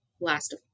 last